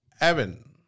Evan